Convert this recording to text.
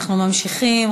אנחנו ממשיכים.